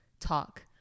talk